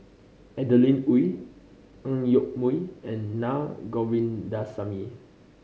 Adeline Ooi Ang Yoke Mooi and Naa Govindasamy